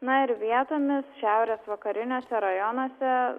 na ir vietomis šiaurės vakariniuose rajonuose